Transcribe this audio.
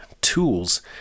tools